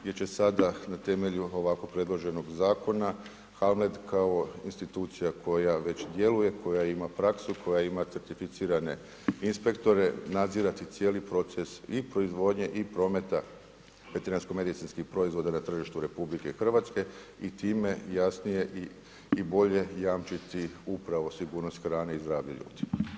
gdje će sada na temelju ovako predloženog zakona, HALMED, kao institucija, koja već djeluje, koja ima praksu, koja ima certificirane inspektore, nadzirati cijeli proces i proizvodnje i prometa veterinarskih medicinskih proizvoda na tržištu RH i time jasnije i bolje jamčiti upravo sigurnost hrane i zdravlje ljudi.